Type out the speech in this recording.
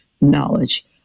knowledge